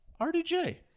RDJ